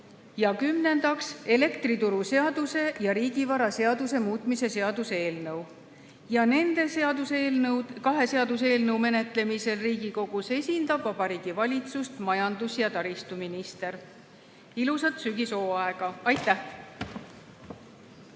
Kümnendaks, elektrituruseaduse ja riigivaraseaduse muutmise seaduse eelnõu. Nende kahe seaduseelnõu menetlemisel Riigikogus esindab Vabariigi Valitsust majandus- ja taristuminister. Ilusat sügishooaega! Aitäh!